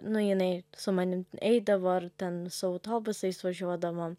nu jinai su manim eidavo ar ten su autobusais važiuodavom